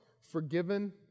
forgiven